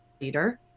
leader